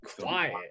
quiet